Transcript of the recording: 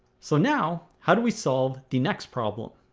so now how do we solve the next problem?